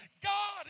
God